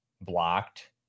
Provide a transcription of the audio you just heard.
blocked